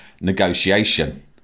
negotiation